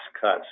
cuts